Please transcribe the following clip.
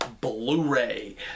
Blu-ray